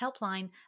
helpline